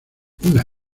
una